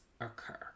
occur